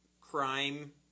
crime